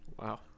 Wow